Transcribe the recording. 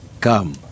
Come